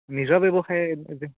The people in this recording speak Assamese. নিজৰ ব্যৱসায় এইটো